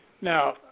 Now